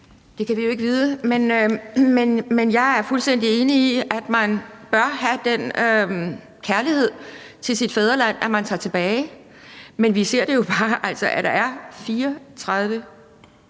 Det kan vi jo ikke vide, men jeg er fuldstændig enig i, at man bør have den kærlighed til sit fædreland, at man tager tilbage. Men vi ser jo bare, at der er 34.000